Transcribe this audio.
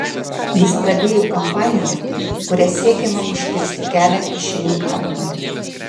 jis pradėjo kampaniją kuria siekiama užkirsti kelią kyšininkavimui